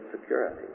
security